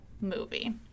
movie